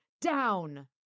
Down